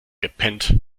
gepennt